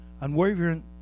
Unwavering